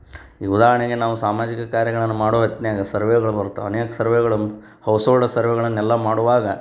ಈಗ ಉದಾಹರಣೆಗೆ ನಾವು ಸಾಮಾಜಿಕ ಕಾರ್ಯಗಳನ್ನು ಮಾಡೋ ಹೊತ್ನಾಗ ಸರ್ವೇಗಳು ಬರ್ತಾವೆ ಅನೇಕ ಸರ್ವೇಗಳನ್ನು ಹೌಸೋಲ್ಡ್ ಸರ್ವೆಗಳನ್ನೆಲ್ಲ ಮಾಡುವಾಗ